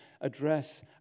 address